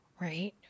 right